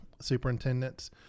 superintendents